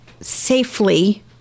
safely